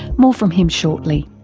more from him shortly.